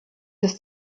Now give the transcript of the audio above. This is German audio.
des